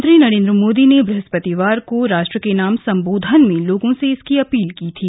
प्रधानमंत्री नरेन्द्र मोदी ने बहस्पतिवार को राष्ट्र के नाम संबोधन में लोगों से इसकी अपील की थी